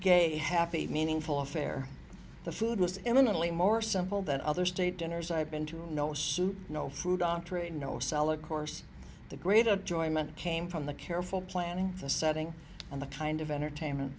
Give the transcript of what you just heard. gay happy meaningful affair the food was imminently more simple than other state dinners i've been to no suit no food entree no cellar of course the grid of joy meant came from the careful planning the setting and the kind of entertainment